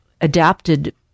adapted